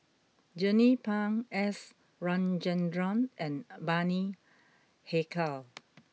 Jernnine Pang S Rajendran and Bani Haykal